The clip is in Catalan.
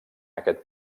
aquest